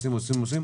עושים ועושים,